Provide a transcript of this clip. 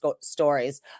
stories